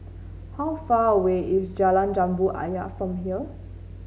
how far away is Jalan Jambu Ayer from here